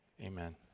Amen